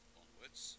onwards